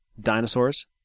dinosaurs